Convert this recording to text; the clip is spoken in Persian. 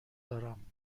دارم